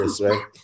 right